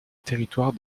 territoire